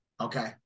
Okay